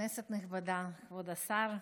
כנסת נכבדה, כבוד השר,